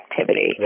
activity